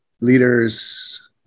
leaders